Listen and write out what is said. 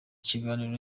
kiganiro